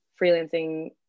freelancing